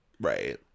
Right